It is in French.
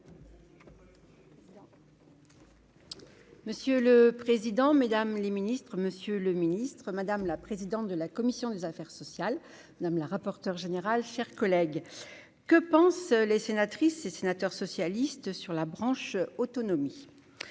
Monsieur le président, Mesdames les Ministres Monsieur le Ministre, madame la présidente de la commission des affaires sociales, madame la rapporteure générale, chers collègues, que pensent les sénatrices et sénateurs socialistes sur la branche autonomie